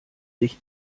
sich